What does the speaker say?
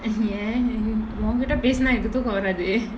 eh இது ஓங்கிட்ட பேசினா எதுக்கு வராது:ithu ongkitta pesinaa ethuku varaathu